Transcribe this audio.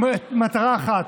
עם מטרה אחת,